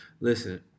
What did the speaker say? Listen